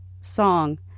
song